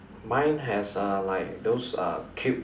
mine has uh like those uh cube